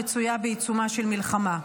המצויה בעיצומה של מלחמה.